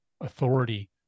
authority